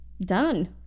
Done